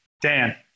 Dan